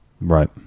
Right